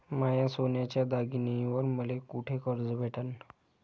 माया सोन्याच्या दागिन्यांइवर मले कुठे कर्ज भेटन?